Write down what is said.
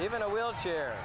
even a wheelchair